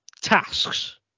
tasks